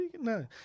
No